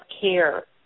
care